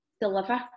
deliver